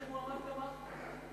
באיזה מועמד תמכת?